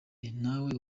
nawe